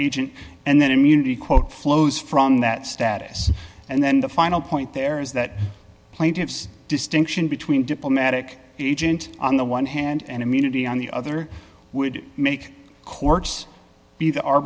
agent and then immunity quote flows from that status and then the final point there is that plaintiff's distinction between diplomatic agent on the one hand and immunity on the other would make